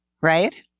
right